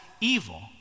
evil